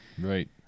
Right